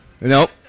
Nope